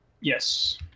yes